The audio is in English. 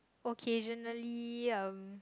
occasionally um